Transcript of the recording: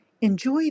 Enjoy